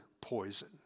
poison